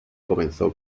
comenzó